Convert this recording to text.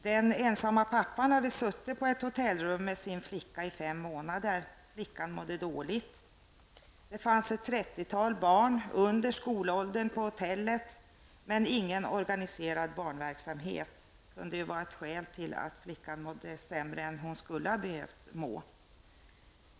Den ensamme pappan hade suttit i ett hotellrum med sin flicka i fem månader. Flickan mådde dåligt. Det fanns ett 30-tal barn under skolåldern på hotellet, men ingen organiserad barnverksamhet förekom. Det kunde vara ett skäl till att flickan mådde sämre än hon hade behövt göra.